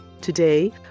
Today